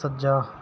ਸੱਜਾ